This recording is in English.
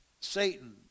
Satan